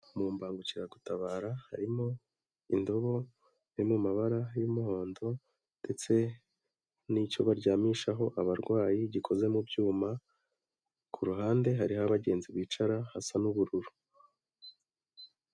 Mu mbangukiragutabara harimo indobo iri mu mabara y'umuhondo ndetse n'icyo baryamishaho abarwayi gikoze mu byuma, ku ruhande hari aho abagenzi bicara hasa n'ubururu.